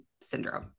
syndrome